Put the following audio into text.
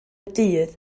dydd